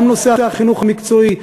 גם נושא החינוך המקצועי,